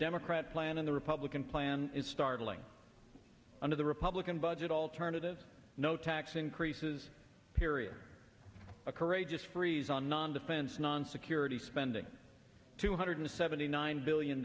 democrat plan and the republican plan is startling under the republican budget alternative no tax increases period or a courageous freeze on nondefense nonsecurity spending two hundred seventy nine billion